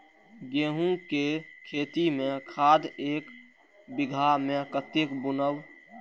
गेंहू के खेती में खाद ऐक बीघा में कते बुनब?